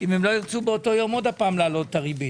אם הם לא ירצו באותו יום שוב להעלות את הריבית.